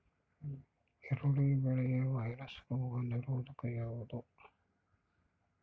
ಈರುಳ್ಳಿ ಬೆಳೆಯ ವೈರಸ್ ರೋಗ ನಿರೋಧಕ ಯಾವುದು?